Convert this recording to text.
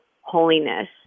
holiness